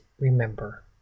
remember